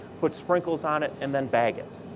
put sprinkles on it, and then bag it.